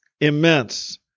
immense